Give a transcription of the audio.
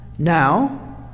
Now